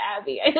Abby